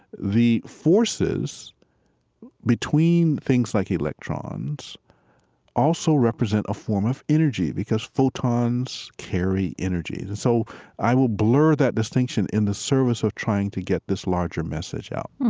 the forces between things like electrons also represent a form of energy because photons carry energy. so i will blur that distinction in the service of trying to get this larger message out